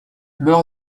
meurt